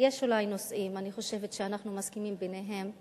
יש אולי נושאים שאני חושבת שאנחנו מסכימים עליהם,